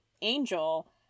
Angel